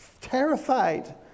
terrified